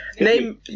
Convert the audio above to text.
Name